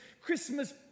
Christmas